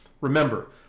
Remember